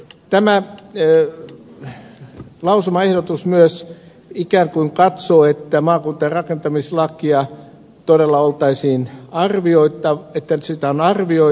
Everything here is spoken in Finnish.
tämä lausumaehdotus myös ikään kuin katsoo että maankäyttö ja rakentamislakia todella olisi arvioitava uudelleen